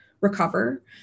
recover